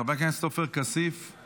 חבר הכנסת עופר כסיף,